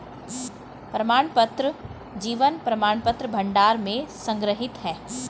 प्रमाणपत्र जीवन प्रमाणपत्र भंडार में संग्रहीत हैं